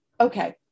Okay